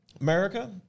America